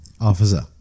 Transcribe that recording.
Officer